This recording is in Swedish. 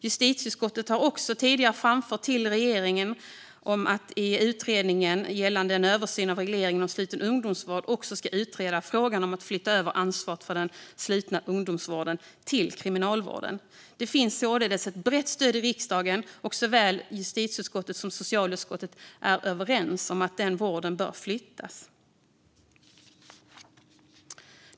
Justitieutskottet har också tidigare framfört till regeringen att utredningen gällande en översyn av regleringen om sluten ungdomsvård också ska utreda frågan om att flytta över ansvaret för den slutna ungdomsvården till kriminalvården. Det finns således ett brett stöd för det i riksdagen, och såväl justitieutskottet som socialutskottet är överens om att den vården bör flyttas.